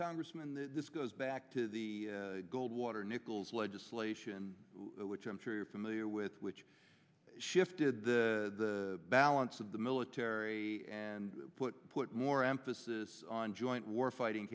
congressman this goes back to the goldwater nichols legislation which i'm sure you're familiar with which shifted the balance of the military and put put more emphasis on joint warfighting